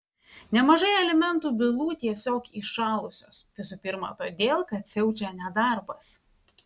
nemažai alimentų bylų tiesiog įšalusios visų pirma todėl kad siaučia nedarbas